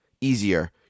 easier